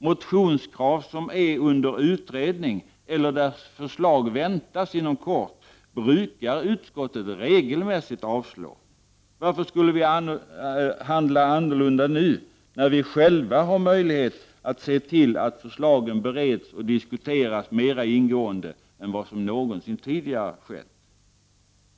Motionskrav som är under utredning eller när förslag väntas inom kort brukar utskottet regelmässigt avstyrka. Varför skulle vi handla annorlunda nu när vi själva har möjlighet att se till att förslagen bereds och diskuteras mera ingående än vad som någonsin tidigare skett?